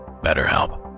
BetterHelp